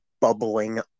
bubbling